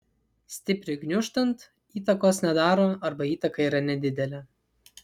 stipriui gniuždant įtakos nedaro arba įtaka yra nedidelė